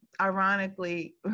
ironically